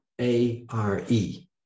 A-R-E